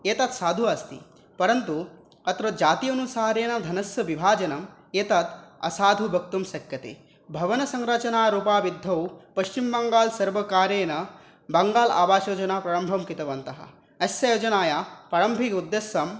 एतत् साधु अस्ति परन्तु अत्र जाति अनुसारेण धनस्य विभजनम् एतत् असाधुः वक्तुं शक्यते भवनसंरचनारूपाभिवृद्धौ पश्चिम्बङ्गाल् सर्वकारेण बङ्गाल् आवासयोजनां प्रारम्भं कृतवन्तः अस्याः योजनायाः प्रारम्भिक उद्देश्यम्